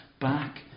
back